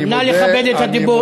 אני מודה, נא לכבד את הדובר.